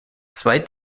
zwei